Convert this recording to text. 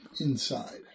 inside